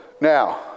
Now